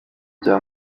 bya